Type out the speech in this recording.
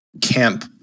camp